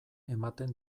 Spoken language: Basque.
ematen